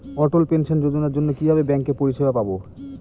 অটল pension যোজনার জন্য কিভাবে ব্যাঙ্কে পরিষেবা পাবো?